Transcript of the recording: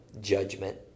judgment